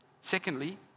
Secondly